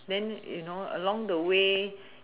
then you know along the way